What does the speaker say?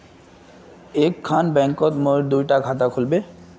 एक खान बैंकोत मोर दुई डा खाता खुल बे?